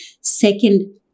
Second